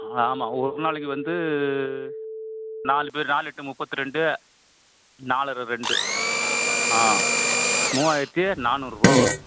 ஆமாம் ஒரு நாளைக்கு வந்து நாலு பேர் நால் எட்டு முப்பத்தி ரெண்டு நாலரை ரெண்டு ஆ மூவாயிரத்தி நானூறுபா வரும்